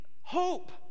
hope